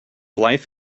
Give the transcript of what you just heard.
life